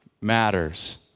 matters